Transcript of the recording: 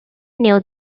new